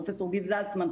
פרופ' גיל זלצמן,